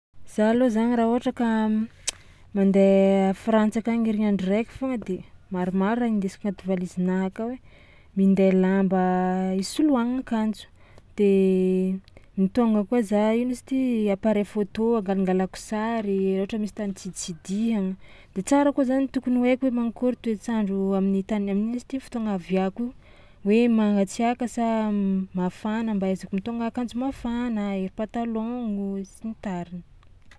Za alôha zagny raha ôhatra ka mandeha a Frantsy akagny herignandro raiky foagna de maromaro raha indesiko anaty valizinahy akao e, minday lamba isoloagna akanjo de mitôgna koa za ino izy ty appareil photo angalangalako sary raha ohatra misy tany tsiditsidihagna de tsara koa zany tokony haiko hoe mankôry toetrandro amin'ny tany am- ino izy ty fotoagna aviàko io hoe magnatsiàka sa mafana mba ahaizako mitôgna akanjo mafana, ery patalôgno sy ny tariny.